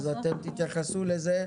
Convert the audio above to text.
אתם תתייחסו לזה.